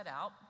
out